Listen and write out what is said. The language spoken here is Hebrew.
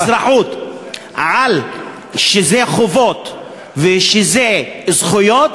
את האזרחות על כך שזה חובות ושזה זכויות,